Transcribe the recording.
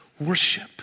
worship